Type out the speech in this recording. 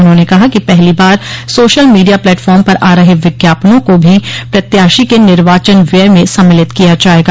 उन्होंने कहा कि पहली बार सोशल मीडिया प्लेटफार्म पर आ रहे विज्ञापनों को भी प्रत्याशी के निर्वाचन व्यय में सम्मिलित किया जाएगा